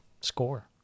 score